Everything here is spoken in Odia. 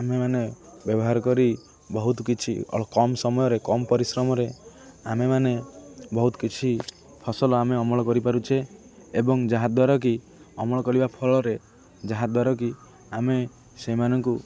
ଆମେମାନେ ବ୍ୟବହାର କରି ବହୁତ କିଛି କମ୍ ସମୟରେ କମ୍ ପରିଶ୍ରମରେ ଆମେମାନେ ବହୁତ କିଛି ଫସଲ ଆମେ ଅମଳ କରିପାରୁଛେ ଏବଂ ଯାହାଦ୍ୱାରା କି ଅମଳ କରିବା ଫଳରେ ଯାହାଦ୍ୱାରା କି ଆମେ ସେମାନଙ୍କୁ